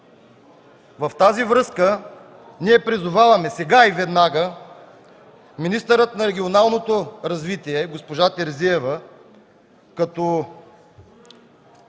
В тази връзка ние призоваваме сега и веднага: министърът на регионалното развитие госпожа Терзиева, като